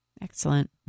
Excellent